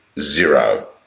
zero